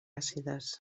àcides